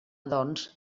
doncs